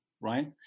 right